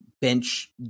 bench